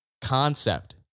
concept